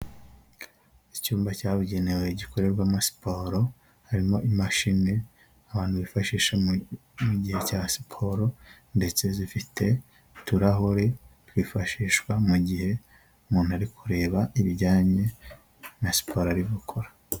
Icyumba cyabugenewe gikorerwamo siporo, harimo imashini abantu bifashisha mu gihe cya siporo, ndetse zifite uturahuri twifashishwa mu gihe umuntu ari kureba ibijyanye na siporo ari gukora.